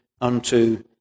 unto